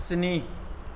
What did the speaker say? स्नि